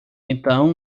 então